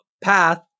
path